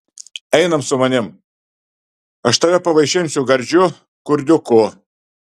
einam su manim aš tave pavaišinsiu gardžiu kurdiuku